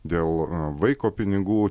dėl vaiko pinigų